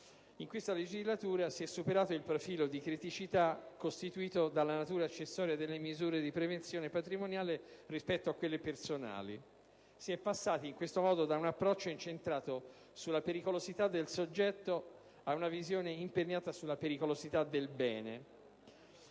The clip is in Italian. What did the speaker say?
in questa legislatura si è superato il profilo di criticità costituito dalla natura accessoria delle misure di prevenzione patrimoniale rispetto a quelle personali. Si è passati in questo modo da un approccio incentrato sulla pericolosità del soggetto a una visione imperniata sulla pericolosità del bene.